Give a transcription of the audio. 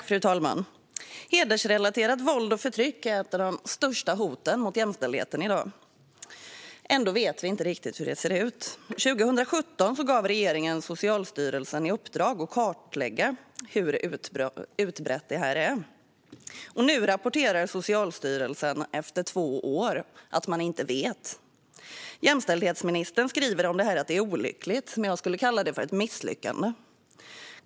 Fru talman! Hedersrelaterat våld och förtryck är ett av de största hoten mot jämställdheten i dag. Ändå vet vi inte riktigt hur det ser ut. År 2017 gav regeringen Socialstyrelsen i uppdrag att kartlägga hur utbrett detta är. Nu, efter två år, rapporterar Socialstyrelsen att man inte vet. Jämställdhetsministern skriver om detta att det är olyckligt, men jag skulle kalla det för ett misslyckande.